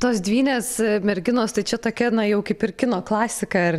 tos dvynės merginos tai čia tokia na jau kaip ir kino klasika ar